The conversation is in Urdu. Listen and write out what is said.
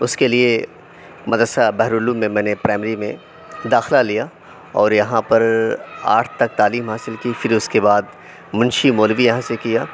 اس کے لیے مدرسہ بحر العلوم میں میں نے پرائمری میں داخلہ لیا اور یہاں پر آٹھ تک تعلیم حاصل کی پھر اس کے بعد منشی مولوی یہاں سے کیا